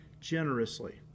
generously